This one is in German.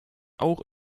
auch